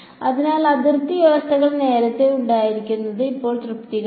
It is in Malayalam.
അതിനാൽ അതിർത്തി വ്യവസ്ഥകൾ നേരത്തെ ഉണ്ടായിരുന്നത് ഇപ്പോൾ തൃപ്തികരമാണ്